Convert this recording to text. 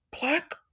Black